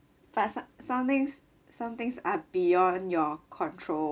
but so~ some things some things are beyond your control